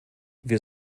wir